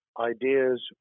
ideas